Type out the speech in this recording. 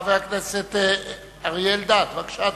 חבר הכנסת אריה אלדד, בבקשה.